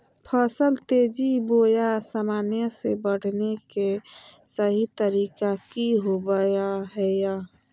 फसल तेजी बोया सामान्य से बढने के सहि तरीका कि होवय हैय?